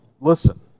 listen